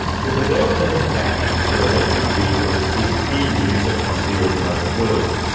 the development of batteries for electric vehicles is big news across the automotive world.